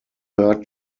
third